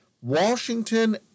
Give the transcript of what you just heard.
Washington